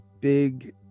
big